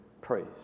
praise